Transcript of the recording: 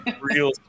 real